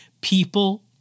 People